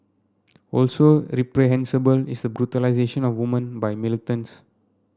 also reprehensible is the brutalisation of women by militants